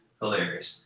hilarious